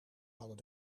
hadden